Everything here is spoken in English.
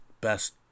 best –